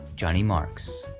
johnny marks.